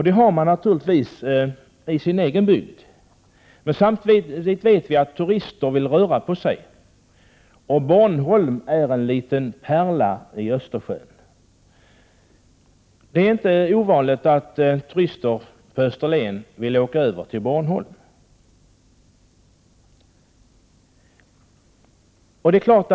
Detta har man naturligtvis i sin egen bygd, men samtidigt vet man att turister vill röra på sig. Bornholm är en liten pärla i Östersjön, och det är inte ovanligt att turister på Österlen vill åka över dit. Om de då får möjlighet att Prot.